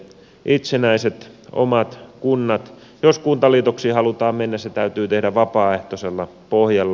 itsenäiset omat kunnat jos kuntaliitoksiin halutaan mennä se täytyy tehdä vapaaehtoisella pohjalla